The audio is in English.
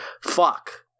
Fuck